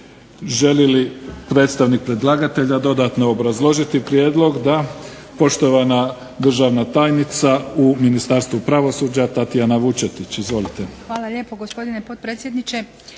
Želi li predstavnik predlagatelja dodatno obrazložiti prijedlog? Da. Poštovana državna tajnica u Ministarstvu pravosuđa Tatjana Vučetić. Izvolite. **Vučetić, Tatijana** Hvala lijepa gospodine potpredsjedniče.